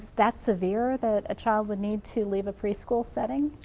that severe that a child would need to leave a preschool setting?